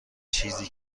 چیزی